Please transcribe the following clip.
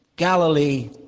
galilee